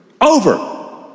over